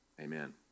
Amen